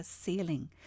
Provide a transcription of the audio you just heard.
ceiling